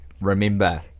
remember